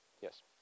Yes